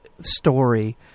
story